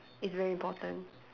is very important